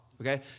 Okay